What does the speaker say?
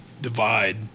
divide